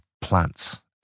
plants